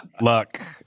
Luck